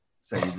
say